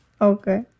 Okay